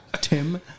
Tim